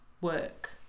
work